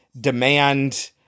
demand